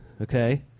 okay